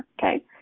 okay